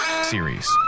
series